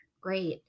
Great